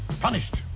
punished